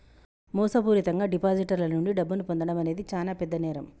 మోసపూరితంగా డిపాజిటర్ల నుండి డబ్బును పొందడం అనేది చానా పెద్ద నేరం